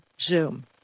zoom